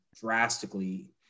drastically